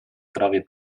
prawie